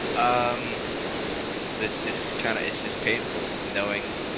um this just kind of is just painful. knowing